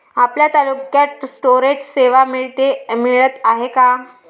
आपल्या तालुक्यात स्टोरेज सेवा मिळत हाये का?